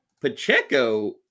Pacheco